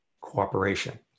cooperation